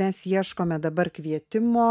mes ieškome dabar kvietimo